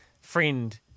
friend